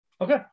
Okay